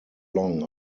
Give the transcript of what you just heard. long